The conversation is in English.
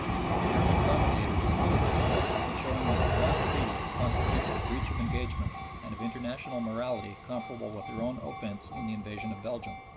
the german commentators had little difficulty in showing that the draft treaty constituted a breach of engagements and of international morality comparable with their own offense in the invasion of belgium.